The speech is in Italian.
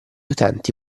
utenti